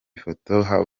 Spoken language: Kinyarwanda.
foto